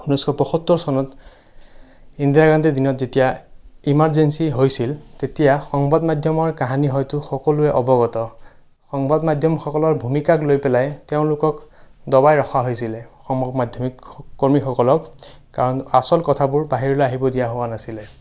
ঊনৈছশ পয়সত্তৰ চনত ইন্দিৰা গান্ধীৰ দিনত যেতিয়া ইমাৰজেঞ্চি হৈছিল তেতিয়া সংবাদ মাধ্যমৰ কাহিনী হয়তো সকলোৰে অৱগত সংবাদ মাধ্যমসকলৰ ভূমিকাক লৈ পেলাই তেওঁলোকক দবাই ৰখা হৈছিলে সংবাদ মাধ্যমীক কৰ্মীসকলক কাৰণ আচল কথাবোৰ বাহিৰলৈ আহিব দিয়া হোৱা নাছিলে